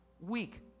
week